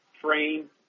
frame